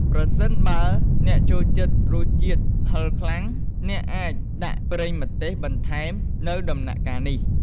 ប្រសិនបើអ្នកចូលចិត្តរសជាតិហឹរខ្លាំង អ្នកអាចដាក់ប្រេងម្ទេសបន្ថែមនៅដំណាក់កាលនេះ។